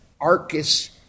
Arcus